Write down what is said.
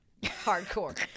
hardcore